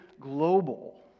global